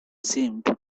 seemed